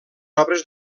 obres